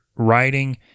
writing